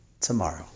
tomorrow